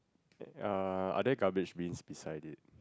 uh are there garbage bins beside it